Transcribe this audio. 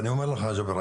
אני אומר לך ג'אבר,